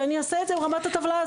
ואני אעשה את זה ברמת הטבלה.